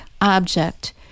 object